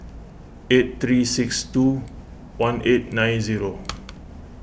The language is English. eight three six two one eight nine zero